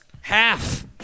Half